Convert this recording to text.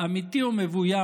אמיתי או מבוים,